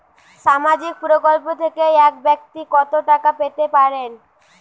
সামাজিক প্রকল্প থেকে এক ব্যাক্তি কত টাকা পেতে পারেন?